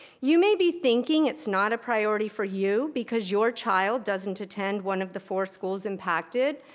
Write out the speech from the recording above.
you may be thinking it's not a priority for you, because your child doesn't attend one of the four schools impacted,